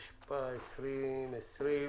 התשפ"א-2021,